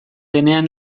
denean